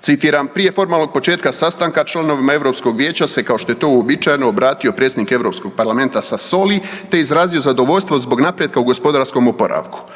Citiram, prije formalnog početka sastanka, članovima EU vijeća se kao što je to uobičajeno, obratio predsjednik EU parlamenta Sassoli te izrazio zadovoljstvo zbog napretka u gospodarskom oporavku.